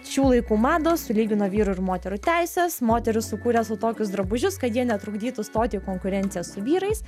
šių laikų madą sulygino vyrų ir moterų teises moterys sukūrė sau tokius drabužius kad jie netrukdytų stoti į konkurenciją su vyrais